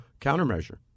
countermeasure